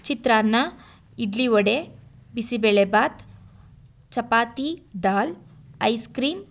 ಚಿತ್ರಾನ್ನ ಇಡ್ಲಿ ವಡೆ ಬಿಸಿಬೇಳೆ ಬಾತ್ ಚಪಾತಿ ದಾಲ್ ice cream